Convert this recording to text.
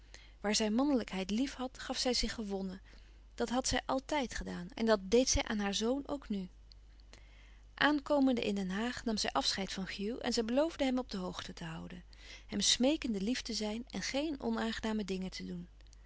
waar zij mannelijkheid lief had gaf zij zich gewonnen dat had zij àltijd gedaan en dat deed zij aan haar zoon ook nu aankomende in den haag nam zij afscheid van hugh en zij beloofde hem op de hoogte te houden hem smeekende lief te zijn en geen onaangename dingen te doen